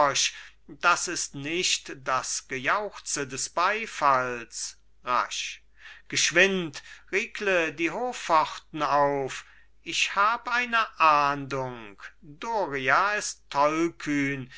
das ist nicht das gejauchze des beifalls rasch geschwind riegle die hofpforten auf ich hab eine ahndung doria ist tollkühn